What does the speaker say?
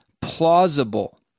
plausible